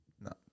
No